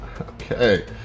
Okay